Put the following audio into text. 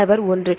மாணவர் I I